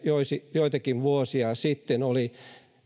joitakin vuosia sitten